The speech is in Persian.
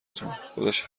تون، خودش